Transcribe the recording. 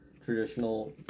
traditional